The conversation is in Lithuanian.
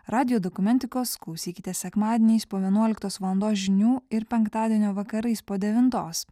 radijo dokumentikos klausykite sekmadieniais po vienuoliktos valandos žinių ir penktadienio vakarais po devintos